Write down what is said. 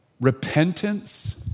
repentance